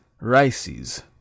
Rices